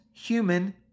human